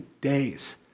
days